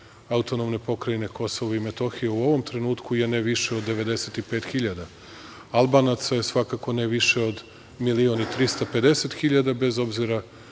na teritoriji AP Kosova i Metohije u ovom trenutku je ne više od 95.000, Albanaca je svakako ne više od 1.350.000 bez obzira